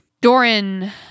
Doran